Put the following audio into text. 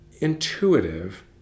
intuitive